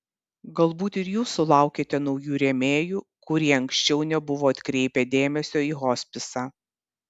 galbūt ir jūs sulaukėte naujų rėmėjų kurie anksčiau nebuvo atkreipę dėmesio į hospisą